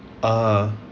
uh